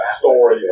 story